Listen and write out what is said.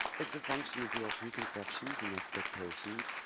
it's a function of your preconceptions and expectations,